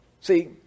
See